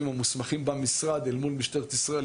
המוסמכים במשרד אל מול משטרת ישראל,